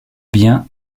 bien